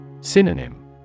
Synonym